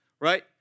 right